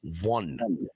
one